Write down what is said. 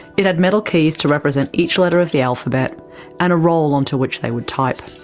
it had metal keys to represent each letter of the alphabet and a roll onto which they would type.